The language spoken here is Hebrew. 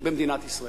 במדינת ישראל.